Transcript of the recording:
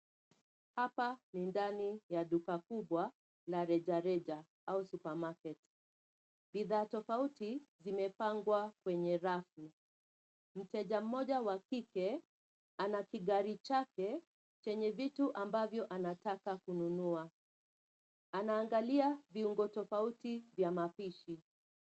Hapa ni ndani ya duka kubwa la reja reja au supermarket bidhaa tofauti zimepangwa kwenye rafu. Mteja moja wa kike anakigari chake chenye vitu ambavyo anataka kununua anangalia viungo tofauti vya mapishi.